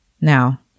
Now